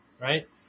right